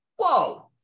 whoa